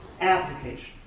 application